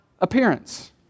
appearance